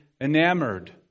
enamored